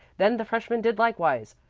then the freshmen did likewise.